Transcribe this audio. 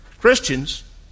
Christians